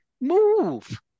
Move